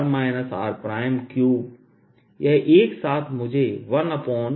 3 यह एक साथ मुझे 1